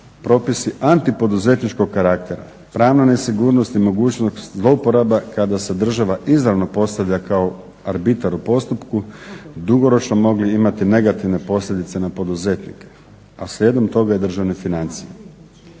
propisi antipoduzetničkog karaktera, pravna nesigurnost i mogućnost zlouporaba kada se država izravno postavlja kao arbitar u postupku dugoročno mogli imati negativne posljedice na poduzetnike, a slijedom toga i na državne financije.